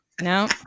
No